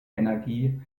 energie